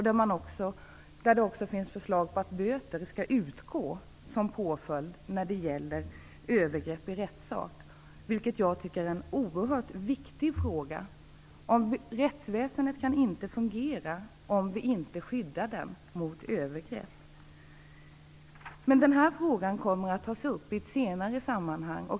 Det finns även förslag om att böter skall utgå som påföljd vid övergrepp i rättssak, vilket jag tycker är en oerhört viktig fråga. Rättsväsendet kan inte fungera om vi inte skyddar det mot övergrepp. Men den här frågan kommer att tas upp senare i ett annat sammanhang.